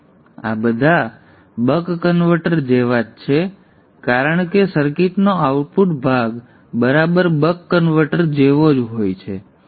તેથી આ બધા બક કન્વર્ટર જેવા જ છે કારણ કે સર્કિટનો આઉટપુટ ભાગ બરાબર બક કન્વર્ટર જેવો જ હોય છે